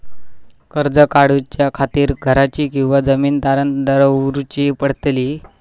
कर्ज काढच्या खातीर घराची किंवा जमीन तारण दवरूची पडतली?